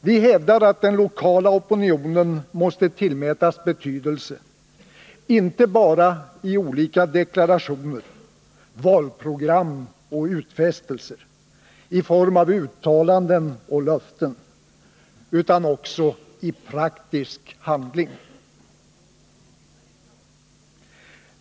Vi hävdar att den lokala opinionen måste tillmätas betydelse inte bara i olika deklarationer, valprogram och utfästelser i form av uttalanden och löften utan också i praktisk handling.